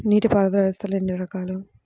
నీటిపారుదల వ్యవస్థలు ఎన్ని రకాలు?